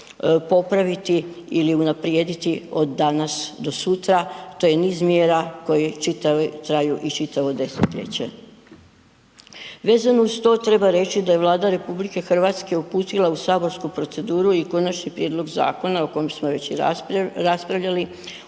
popraviti ili unaprijediti od danas do sutra. To je niz mjera koje traju i čitavo desetljeće. Vezano uz to treba reći da je Vlada RH uputila u saborsku proceduru i konačni prijedlog zakona o kojem smo već i raspravljali